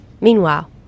meanwhile